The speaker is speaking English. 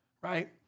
right